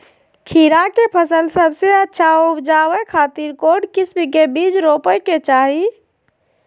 खीरा के फसल सबसे अच्छा उबजावे खातिर कौन किस्म के बीज रोपे के चाही?